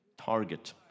target